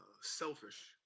selfish